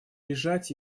лежать